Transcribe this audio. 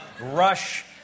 Rush